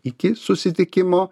iki susitikimo